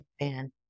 man